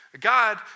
God